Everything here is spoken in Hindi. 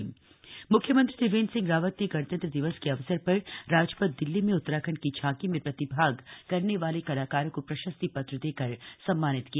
झांकी कलाकार मुख्यमंत्री त्रिवेन्द्र सिंह रावत ने गणतंत्र दिवस के अवसर पर राजपथ दिल्ली में उत्तराखण्ड की झांकी में प्रतिभाग करने वाले कलाकारों को प्रशस्ति पत्र देकर सम्मानित किया